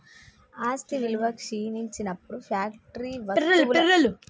ఆస్తి విలువ క్షీణించినప్పుడు ఫ్యాక్టరీ వత్తువులను వాడినప్పుడు డిప్రిసియేషన్ ఉంటది